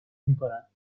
میکنند